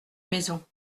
maison